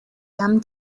gum